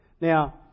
Now